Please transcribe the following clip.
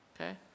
okay